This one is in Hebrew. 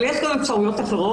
אבל יש גם אפשרויות אחרות.